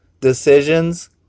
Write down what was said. decisions